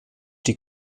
die